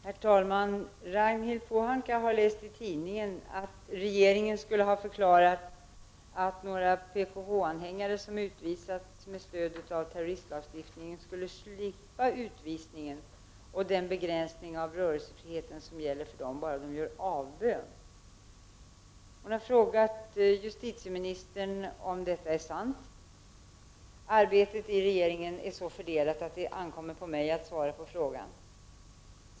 Herr talman! Ragnhild Pohanka har läst i tidningen att regeringen skulle ha förklarat att några PKK-anhängare som utvisats med stöd av terroristlagstiftningen skulle slippa utvisningen och den begränsning av rörelsefriheten som gäller för dem bara de gör avbön. Hon har frågat justitieministern om detta är sant. Arbetet i regeringen är så fördelat att det ankommer på mig att svara på frågan.